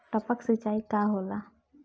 टपक सिंचाई का होला?